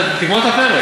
הפרק.